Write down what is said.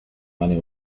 money